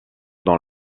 dans